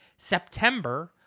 September